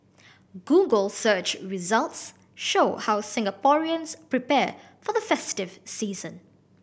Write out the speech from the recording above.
Google search results show how Singaporeans prepare for the festive season